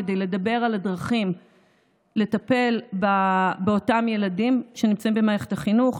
כדי לדבר על הדרכים לטפל באותם ילדים שנמצאים במערכת החינוך,